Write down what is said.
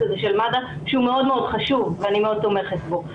הזה של מד"א שהוא מאוד חשוב ואני מאוד תומכת בו.